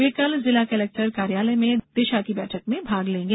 वे कल जिला कलेक्टर कार्योलय में दिशा की बैठक में भाग लेंगे